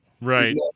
right